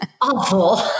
awful